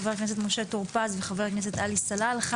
חבר הכנסת משה טור פז וחבר הכנסת עלי סלאלחה